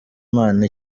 imana